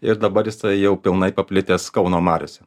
ir dabar jisai jau pilnai paplitęs kauno mariose